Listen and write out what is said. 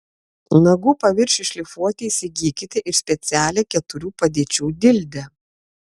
nagų paviršiui šlifuoti įsigykite ir specialią keturių padėčių dildę